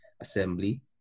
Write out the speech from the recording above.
assembly